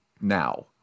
now